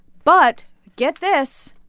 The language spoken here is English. but get this.